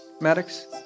Maddox